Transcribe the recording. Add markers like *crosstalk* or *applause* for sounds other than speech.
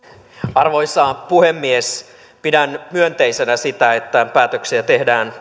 arvoisa puhemies pidän myönteisenä sitä että päätöksiä tehdään *unintelligible*